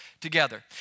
together